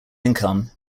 income